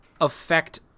affect